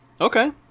Okay